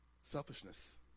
Selfishness